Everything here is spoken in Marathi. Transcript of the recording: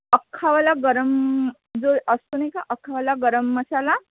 अख्खावाला गरम जो असतो नाही का अख्खावाला गरम मसाला